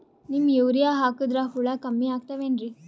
Neem urea ಹಾಕದ್ರ ಹುಳ ಕಮ್ಮಿ ಆಗತಾವೇನರಿ?